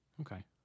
Okay